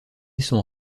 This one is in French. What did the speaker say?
sont